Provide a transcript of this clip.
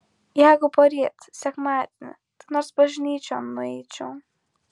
jeigu poryt sekmadienį tai nors bažnyčion nueičiau